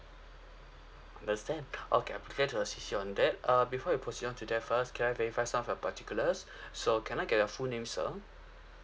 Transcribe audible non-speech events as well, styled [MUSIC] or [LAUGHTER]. understand [BREATH] okay I'll be glad to assist you on that err before we proceed on to that first can I verify some of your particulars so can I get your full name sir